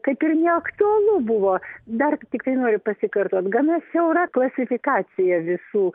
ir kaip ir neaktualu buvo dar tiktai noriu pasikartot gana siaura klasifikacija visų